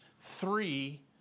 three